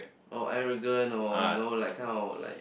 or arrogant or you know like kind of like